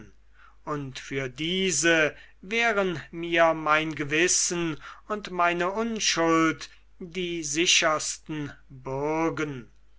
und für diese wären mir mein gewissen und meine unschuld die sichersten bürgen